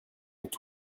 est